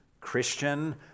Christian